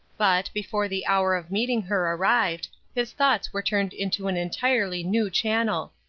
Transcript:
but, before the hour of meeting her arrived, his thoughts were turned into an entirely new channel.